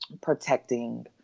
protecting